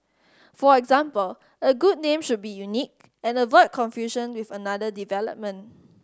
for example a good name should be unique and avoid confusion with another development